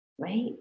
right